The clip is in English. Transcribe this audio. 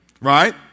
Right